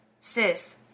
sis